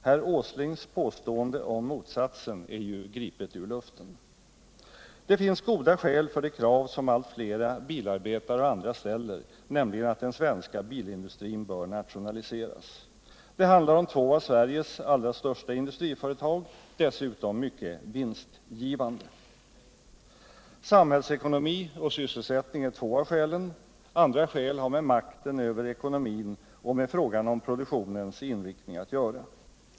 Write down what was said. Herr Åslings påstående om motsatsen är gripet ur luften. Det finns goda skäl för det krav som allt fler bilarbetare och andra ställer, nämligen att den svenska bilindustrin bör nationaliseras. Det handlar om två av Sveriges allra största industriföretag, som dessutom är mycket vinstgivande. Samhällsekonomi och sysselsättning är två av skälen. Andra skäl har med makten över ekonomin och med frågan om produktionens inriktning att göra.